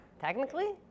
technically